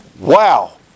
Wow